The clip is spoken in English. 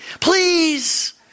please